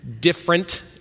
different